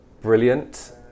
brilliant